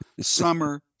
Summer